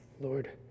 Lord